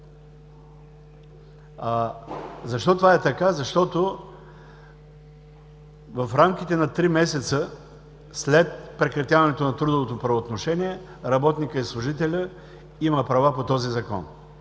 Защо това е така? Защото в рамките на три месеца след прекратяването на трудовото правоотношение работникът и служителят има права по този Закон.